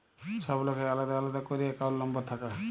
ছব লকের আলেদা আলেদা ক্যইরে একাউল্ট লম্বর থ্যাকে